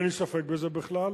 אין לי ספק בזה בכלל.